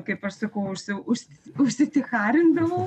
kaip aš sakau užsi už užsiticharinkdavau